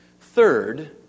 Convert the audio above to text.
Third